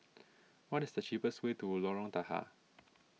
what is the cheapest way to Lorong Tahar